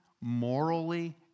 morally